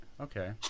Okay